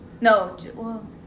No